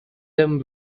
them